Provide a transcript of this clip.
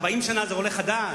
40 שנה זה עולה חדש?